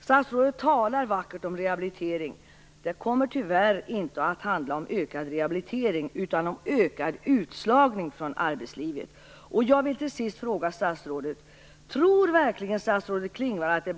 Statsrådet talar vacker om rehabilitering. Det kommer tyvärr inte att handla om ökad rehabilitering, utan om ökad utslagning från arbetslivet.